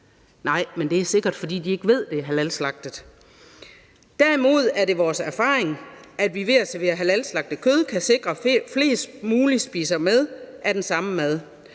Nej, men det er sikkert, fordi de ikke ved, det er halalslagtet. Svaret fortsætter: Derimod er det vores erfaring, at vi ved at servere halalslagtet kød kan sikre, at flest mulige spiser med af den samme mad.